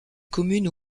commune